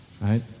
Right